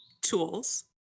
tools